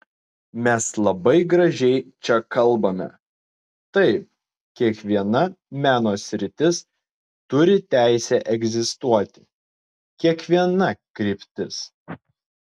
mes labai gražiai čia kalbame taip kiekviena meno sritis turi teisę egzistuoti kiekviena kryptis